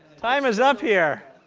time is up here.